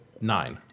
Nine